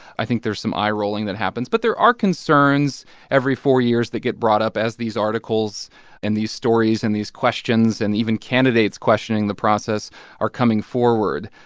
i think there's some eye rolling that happens. but there are concerns every four years that get brought up as these articles and these stories and these questions and even candidates questioning the process are coming forward.